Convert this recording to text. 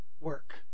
work